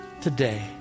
today